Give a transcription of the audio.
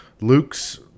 Luke's